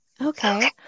Okay